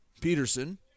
Peterson